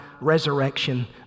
resurrection